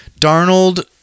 Darnold